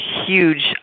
huge